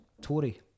Tory